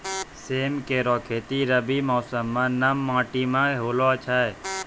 सेम केरो खेती रबी मौसम म नम माटी में होय छै